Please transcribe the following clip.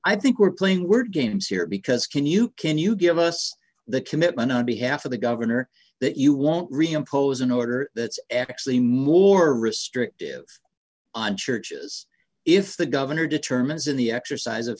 i think we're playing word games here because can you can you give us the commitment on behalf of the governor that you won't really impose an order that's actually more restrictive on churches if the governor determines in the exercise of